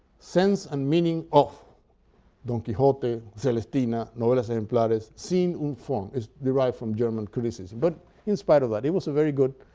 sense and meaning of don quixote, celestina, novelas ejemplares, sinn und form it's derived from german criticism, but in spite of that, he was a very good